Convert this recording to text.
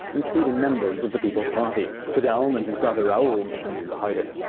including members of the people's party. fidel and his brother raoul went into hiding.